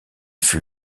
fut